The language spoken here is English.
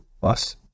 plus